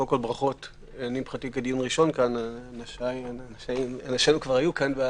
אני בדיון ראשון כאן אבל אנשינו כבר היו כאן.